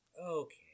Okay